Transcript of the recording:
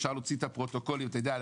אפשר להוציא את הפרוטוקולים ולראות.